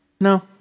No